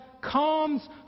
comes